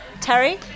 Terry